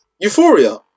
Euphoria